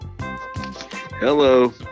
Hello